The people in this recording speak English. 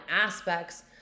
aspects